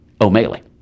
O'Malley